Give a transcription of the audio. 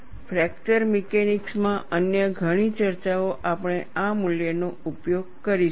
fracture mechanics માં અન્ય ઘણી ચર્ચાઓ આપણે આ મૂલ્યનો ઉપયોગ કરીશું